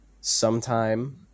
sometime